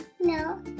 No